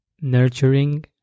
nurturing